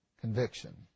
conviction